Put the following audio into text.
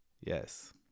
Yes